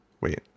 Wait